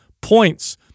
points